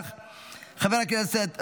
חברת הכנסת תמנו,